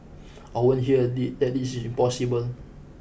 I won't hear the that this is impossible